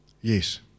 Yes